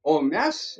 o mes